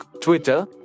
Twitter